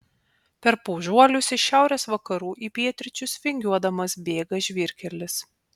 per paužuolius iš šiaurės vakarų į pietryčius vingiuodamas bėga žvyrkelis